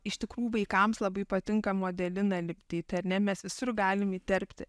iš tikrų vaikams labai patinka modeliną lipdyti ar ne mes visur galim įterpti